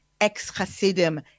ex-Hasidim